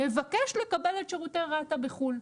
מבקש לקבל את שירותי רת"א בחו"ל.